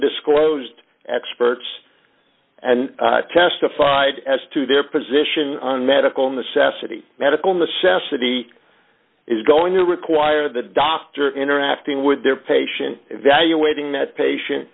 disclosed experts and testified as to their position on medical necessity medical necessity is going to require the doctor interacting with their patient evaluating that patient